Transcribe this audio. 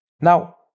Now